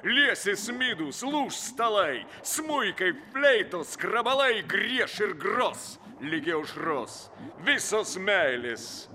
liesis midus lūš stalai smuikai fleitos skrabalai grieš ir gros ligi aušros visos meilės